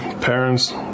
parents